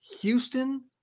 houston